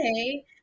Okay